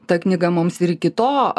ta knyga mums ir iki to